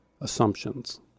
assumptions